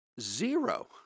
zero